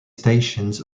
stations